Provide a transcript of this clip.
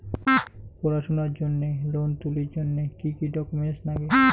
পড়াশুনার জন্যে লোন তুলির জন্যে কি কি ডকুমেন্টস নাগে?